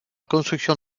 construction